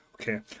okay